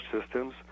Systems